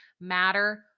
matter